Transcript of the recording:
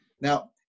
Now